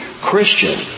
Christian